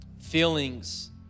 feelings